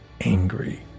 angry